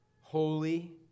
holy